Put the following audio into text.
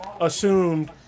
Assumed